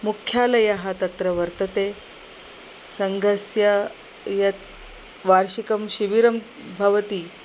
मुख्यालयः तत्र वर्तते सङ्घस्य यत् वार्षिकं शिबिरं भवति